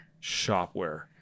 shopware